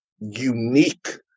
unique